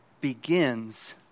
begins